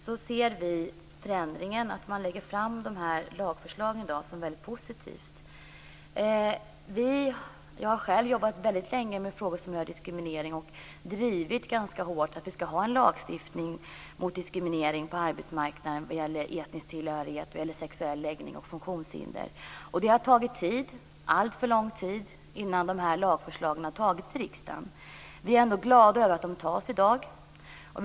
Det är positivt att dessa lagförslag har lagts fram. Jag har länge jobbat med frågor som rör diskriminering och drivit hårt att det skall finnas en lagstiftning mot diskriminering på arbetsmarknaden vad gäller etnisk tillhörighet, sexuell läggning och funktionshinder. Det har tagit alltför lång tid innan lagförslagen har antagits i riksdagen. Vi är glada för att de skall antas i dag.